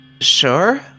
Sure